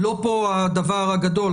לא פה הדבר הגדול,